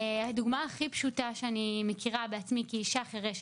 דוגמה הכי פשוטה שאני מכירה בעצמי כאשה חירשת.